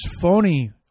phony